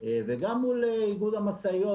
וגם מול איגוד המשאיות,